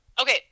Okay